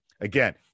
Again